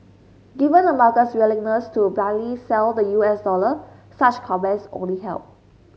given the market's willingness to blindly sell the U S dollar such comments only help